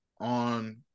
on